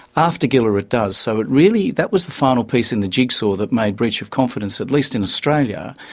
after gillar it does, so it really, that was the final piece in the jigsaw that made breach of confidence, at least in australia,